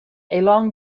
along